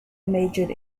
majored